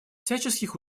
всяческих